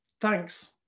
thanks